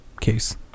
case